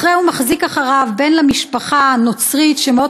מחרה מחזיק אחריו בן למשפחה הנוצרית שמאוד